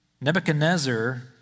Nebuchadnezzar